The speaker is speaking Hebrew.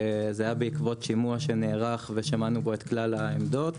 זה היה בעקבות שימוע שנערך ושמענו בו את כלל העמדות.